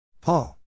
Paul